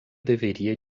deveria